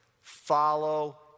Follow